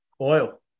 Oil